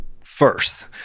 first